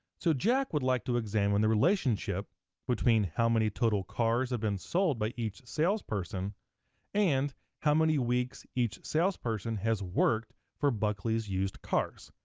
so jack would like to examine the relationship between how many total cars have been sold by each salesperson and how many weeks each salesperson has worked for buckley's used cars.